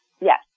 Yes